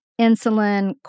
insulin